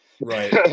Right